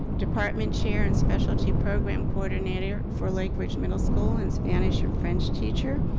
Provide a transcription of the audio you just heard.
department chair and specialty program coordinator for lake ridge middle school and spanish and french teacher,